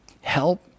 help